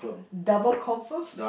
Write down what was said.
double confirm